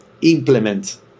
implement